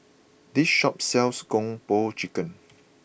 this shop sells Kung Po Chicken